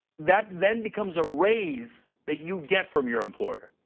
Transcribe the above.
that then becomes a raise that you get from your employer.